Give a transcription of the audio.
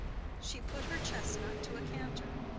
she put her chestnut to a canter,